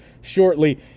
shortly